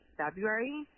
february